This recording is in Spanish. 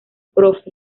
prof